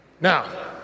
Now